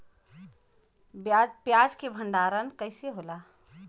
प्याज के भंडारन कइसे होला?